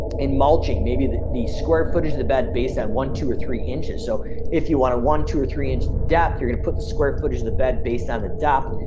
and mulching, maybe the the square footage of the bed base at one two or three inches. so if you want a one two or three inch depth, you're gonna put the square footage of the bed based on the depth,